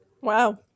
Wow